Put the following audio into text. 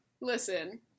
Listen